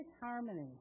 harmony